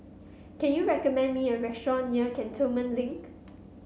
can you recommend me a restaurant near Cantonment Link